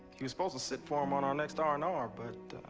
he was supposed to sit for him on our next r and r, but